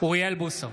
אוריאל בוסו,